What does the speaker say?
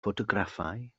ffotograffau